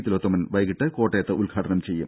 തിലോത്തമൻ വൈകീട്ട് കോട്ടയത്ത് ഉദ്ഘാടനം ചെയ്യും